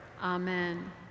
Amen